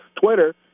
Twitter